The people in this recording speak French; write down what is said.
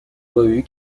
revue